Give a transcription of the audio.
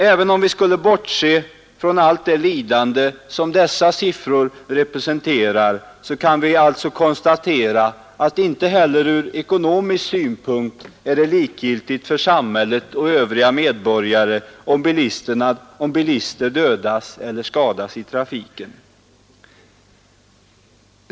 Även om vi skulle bortse från allt det lidande som dessa siffror representerar, så kan vi alltså konstatera att det inte heller ur ekonomisk synpunkt är likgiltigt för samhället och övriga medborgare, om bilister dödas eller skadas i trafiken.